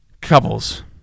couples